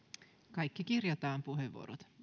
kaikki kirjataan puheenvuorot